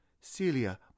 Celia